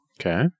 Okay